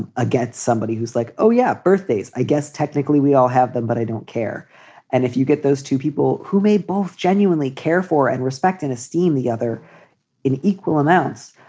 ah get somebody who's like, oh, yeah. birthdays. i guess technically we all have them, but i don't care and if you get those two people who may both genuinely care for and respect and esteem, the other in equal amounts,